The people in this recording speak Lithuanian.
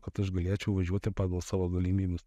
kad aš galėčiau važiuoti pagal savo galimybes